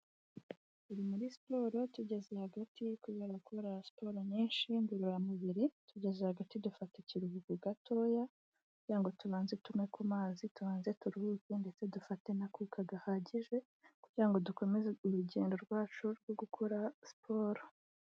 Turi muri siporo tugeze hagati kubera gukora siporo nyinshi ngororamubiri tugeze hagati dufata ikiruhuko gatoya kugira ngo tubanze tunywe kumazi, tubanze turuhuke ndetse dufate n'akuka gahagije kugira ngo dukomeze urugendo rwacu rwo gukora siporo.